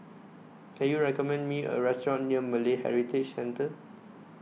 Can YOU recommend Me A Restaurant near Malay Heritage Centre